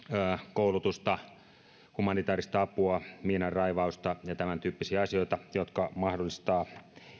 koulutusta humanitaarista apua miinanraivausta ja tämän tyyppisiä asioita jotka mahdollistavat